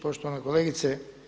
Poštovana kolegice.